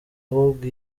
ahubwo